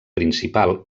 principal